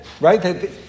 Right